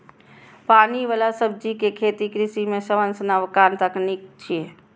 पानि बला सब्जी के खेती कृषि मे सबसं नबका तकनीक छियै